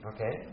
Okay